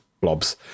blobs